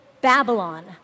Babylon